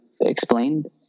explained